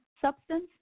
substance